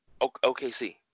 OKC